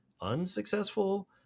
unsuccessful